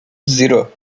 zero